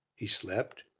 he slept,